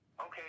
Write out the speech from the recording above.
Okay